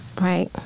right